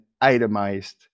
itemized